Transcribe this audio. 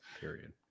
Period